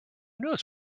knows